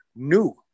new